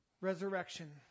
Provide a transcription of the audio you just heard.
resurrection